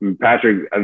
Patrick